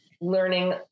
learning